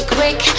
quick